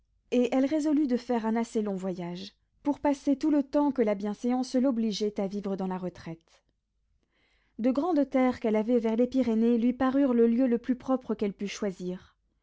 et elle résolut de faire un assez long voyage pour passer tout le temps que la bienséance l'obligeait à vivre dans la retraite de grandes terres qu'elle avait vers les pyrénées lui parurent le lieu le plus propre qu'elle pût choisir